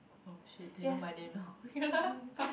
oh shit they know my name now